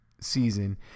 season